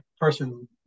person